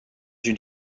une